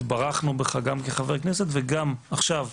התברכנו בך גם כחבר כנסת וגם עכשיו,